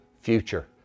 future